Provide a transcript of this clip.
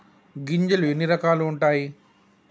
గింజలు ఎన్ని రకాలు ఉంటాయి?